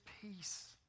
peace